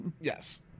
Yes